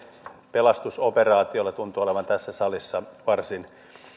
pelastusoperaatioilla tuntuu olevan tässä salissa varsin